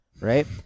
right